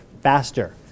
faster